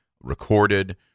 recorded